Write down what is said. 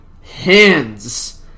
hands